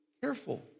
Careful